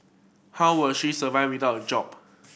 how will she survive without the job